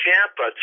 Tampa